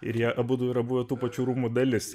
ir jie abudu yra buvę tų pačių rūmų dalis